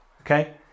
Okay